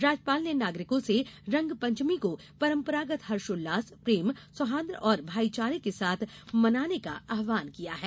राज्यपाल ने नागरिकों से रंगपंचमी को परंपरागत हर्षोल्लास प्रेम सौहार्द और भाईचारे के साथ मनाने का आव्हान किया है